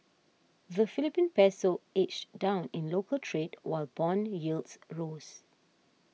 the Philippine Peso edged down in local trade while bond yields rose